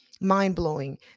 mind-blowing